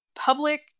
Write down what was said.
public